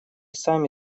сами